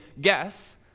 guess